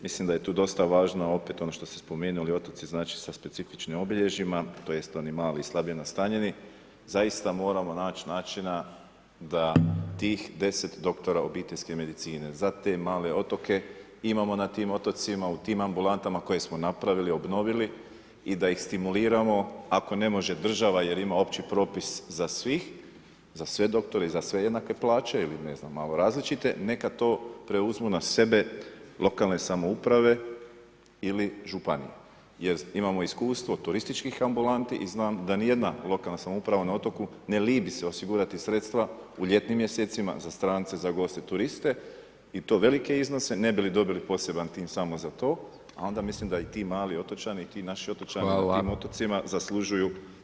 Mislim da je tu dosta važno, opet ono što ste spomenuli, otoci znači sa specifičnim obilježimo tj. oni mali, slabo nastanjeni, zaista moramo naći načina, da tih 10 doktora obiteljske medicine, za te male otoke imamo na tim otocima, u tim ambulantama, koje smo napravili, obnovili i da ih stimuliramo, ako ne može država jer ima opći propis za svih, za sve doktore, za sve jednake plaće ili ne znam, malo različite, neka to preuzmu na sebe lokalne samouprave ili županije jer imamo iskustvo turističkih ambulanti i znam da nijedna lokalna samouprava na otoku ne libi se osigurati sredstva u ljetnim mjesecima za strance, za goste, za turiste i to velike iznose ne bi li dobili poseban tim samo za to, onda mislim da i ti mali otočani i ti naši otočani na tim otocima zaslužuju